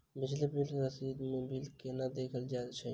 बिजली बिल रसीद मे बिल केना देखल जाइत अछि?